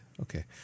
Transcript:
Okay